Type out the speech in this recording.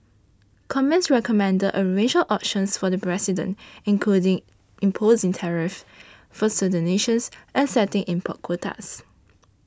commerce recommended a range of options for the president including imposing tariffs for certain nations and setting import quotas